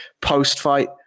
post-fight